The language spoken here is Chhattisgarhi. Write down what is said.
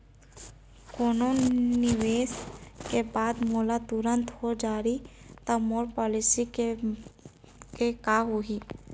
कोनो निवेश के बाद मोला तुरंत हो जाही ता मोर पॉलिसी के का होही?